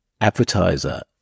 advertiser